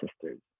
sisters